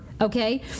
Okay